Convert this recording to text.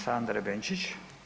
Sandre Benčić.